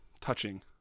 Touching